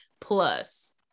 plus